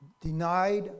denied